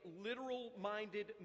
literal-minded